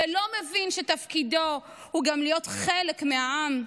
ולא מבין שתפקידו הוא גם להיות חלק מהעם,